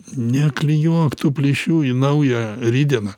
neklijuok tų plyšių į naują rytdieną